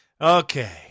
Okay